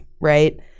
right